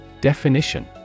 Definition